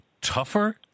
tougher